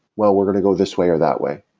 well, we're going to go this way, or that way.